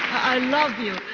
i love you.